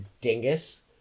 dingus